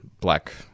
black